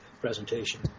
presentation